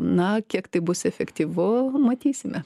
na kiek tai bus efektyvu matysime